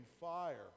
fire